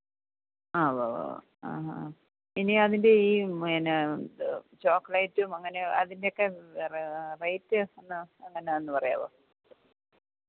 ആ ഉവ്വവ്വവ്വ് അ അ ഇനി അതിൻ്റെ ഈ എന്നാ ചോക്ലേറ്റും അങ്ങനെ അതിൻ്റെയൊക്കെ റേറ്റ് ഒന്ന് എങ്ങനെയാന്ന് പറയാവോ